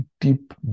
deep